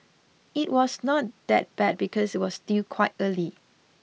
it was not that bad because it was still quite early